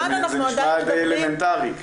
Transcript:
זה נשמע די אלמנטרי.